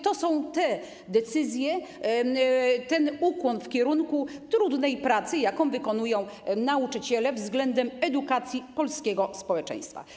To są te decyzje i ukłon w kierunku trudnej pracy, jaką wykonują nauczyciele w zakresie edukacji polskiego społeczeństwa.